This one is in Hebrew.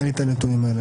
אין לי את הנתונים האלה.